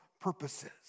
purposes